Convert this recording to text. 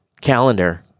calendar